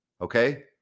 Okay